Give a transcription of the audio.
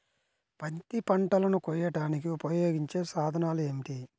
పత్తి పంటలను కోయడానికి ఉపయోగించే సాధనాలు ఏమిటీ?